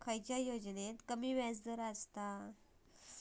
खयल्या योजनेत कमी व्याजदर असता?